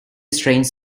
strange